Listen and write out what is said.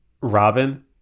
robin